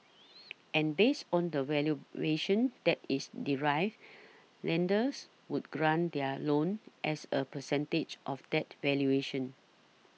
and based on the valuation that is derived lenders would grant their loan as a percentage of that valuation